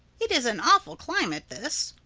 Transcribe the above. it is an awful climate, this.